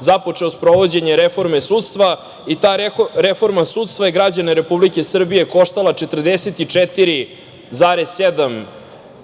započeo sprovođenje reforme sudstva. I ta reforma sudstva je građane Republike Srbije koštala 44,7